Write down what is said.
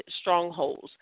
strongholds